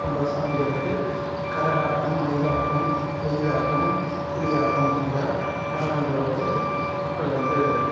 போன்ற சாமிகளுக்கு கரகாட்டம் மயிலாட்டம் ஒயிலாட்டம் புலியாட்டம் போன்ற நடனங்கள் வந்து மக்கள் வந்து